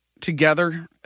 together